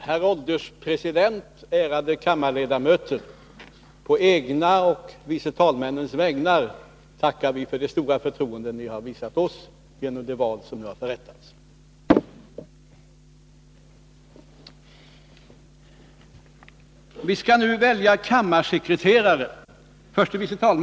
Herr ålderspresident, ärade kammarledamöter! På egna och vice talmännens vägnar tackar jag för det stora förtroende ni har visat oss genom de val som nu har förrättats.